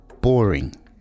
boring